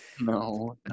No